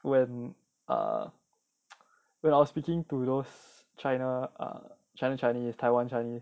when err when I was speaking to those china chinese err taiwan chinese